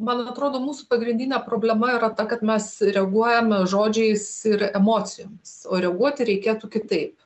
man atrodo mūsų pagrindinė problema yra ta kad mes reaguojam žodžiais ir emocijomis o reaguoti reikėtų kitaip